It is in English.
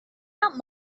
out